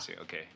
Okay